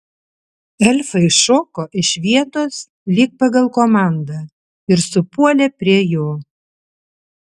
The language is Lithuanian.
elfai šoko iš vietos lyg pagal komandą ir supuolė prie jo